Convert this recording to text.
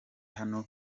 hano